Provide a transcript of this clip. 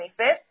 25th